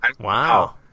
Wow